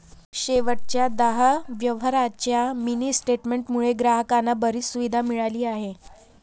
शेवटच्या दहा व्यवहारांच्या मिनी स्टेटमेंट मुळे ग्राहकांना बरीच सुविधा मिळाली आहे